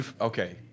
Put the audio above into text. Okay